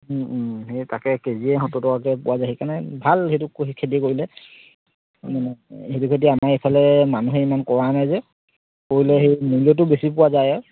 সেই তাকে কে জিয়ে সত্তৰ টকাকৈ পোৱা যায় সেইকাৰণে ভাল সেইটো খেতি কৰিলে মানে সেইটো খেতি আমাৰ এইফালে মানুহে ইমান কৰা নাই যে কৰিলে সেই মূল্যটো বেছি পোৱা যায় আৰু